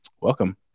welcome